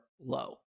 low